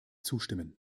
zustimmen